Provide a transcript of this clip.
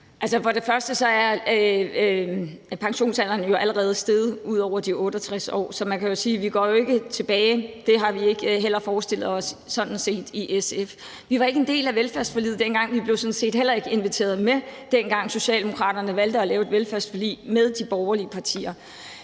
(SF): For det første er pensionsalderen jo allerede steget ud over de 68 år, så man kan sige, at vi ikke går tilbage. Det har vi sådan set heller ikke forestillet os i SF. Vi var ikke en del af velfærdsforliget, og vi blev sådan set heller ikke inviteret med, dengang Socialdemokraterne valgte at lave et velfærdsforlig med de borgerlige partier.